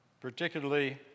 particularly